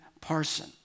parson